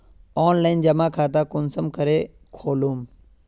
Online जमा खाता कुंसम करे खोलूम?